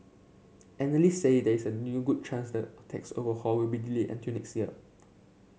analyst say there is a new good chance the tax overhaul will be delayed until next year